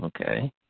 Okay